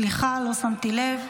סליחה, לא שמתי לב.